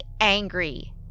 angry